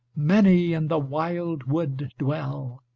many in the wild wood dwell,